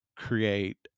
Create